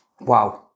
Wow